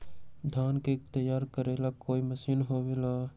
धान के तैयार करेला कोई मशीन होबेला का?